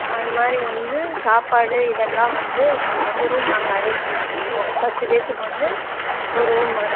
அந்தமாரி வந்து சாப்பாடு இதெல்லாம் வந்து உங்களுக்கு வந்து ரூம் நாங்கள் அரேஞ்ச் பண்ணி தந்துருவோம் பத்து பேர்த்துக்கு வந்து ஒரு ரூம்மு